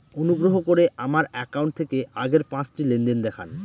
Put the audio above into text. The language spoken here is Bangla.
অনুগ্রহ করে আমার অ্যাকাউন্ট থেকে আগের পাঁচটি লেনদেন দেখান